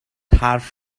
حرف